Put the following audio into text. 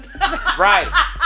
Right